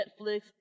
Netflix